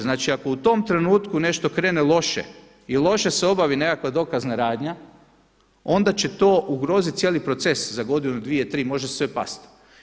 Znači, ako u tom trenutku nešto krene loše i loše se obavi nekakva dokazna radnja onda će to ugroziti cijeli proces za godinu, dvije, tri, može sve past.